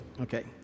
Okay